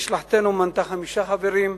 משלחתנו מנתה חמישה חברים,